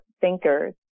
thinkers